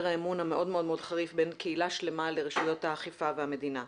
האמון המאוד מאוד מאוד חריף בין קהילה שלמה לרשויות האכיפה והמדינה.